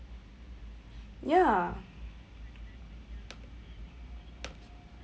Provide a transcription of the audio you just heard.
ya